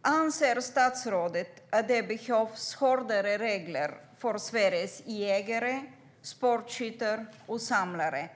Anser statsrådet att det behövs hårdare regler för Sveriges jägare, sportskyttar och samlare?